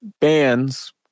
bands